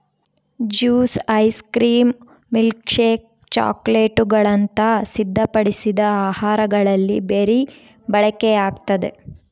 juice ice cream milkshake ಚಾಕೊಲೇಟ್ಗುಳಂತ ಸಿದ್ಧಪಡಿಸಿದ ಆಹಾರಗಳಲ್ಲಿ ಬೆರಿ ಬಳಕೆಯಾಗ್ತದ